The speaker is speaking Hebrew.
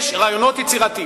יש רעיונות יצירתיים.